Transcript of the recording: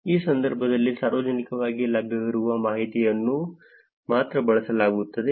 ಈ ಸಂದರ್ಭದಲ್ಲಿ ಸಾರ್ವಜನಿಕವಾಗಿ ಲಭ್ಯವಿರುವ ಮಾಹಿತಿಯನ್ನು ಮಾತ್ರ ಬಳಸಲಾಗುತ್ತದೆ